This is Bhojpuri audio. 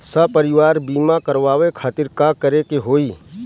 सपरिवार बीमा करवावे खातिर का करे के होई?